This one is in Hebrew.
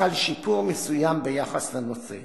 חל שיפור מסוים ביחס לנושא.